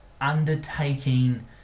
undertaking